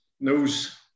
knows